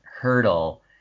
hurdle